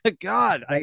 God